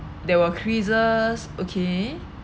there were creases okay